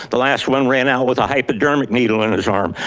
the last one ran out with a hypodermic needle in his arm.